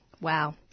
Wow